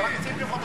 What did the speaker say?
רק ציפי חוטובלי,